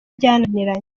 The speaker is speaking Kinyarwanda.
byananiranye